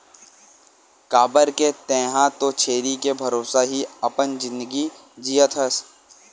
काबर के तेंहा तो छेरी के भरोसा ही अपन जिनगी जियत हस